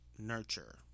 nurture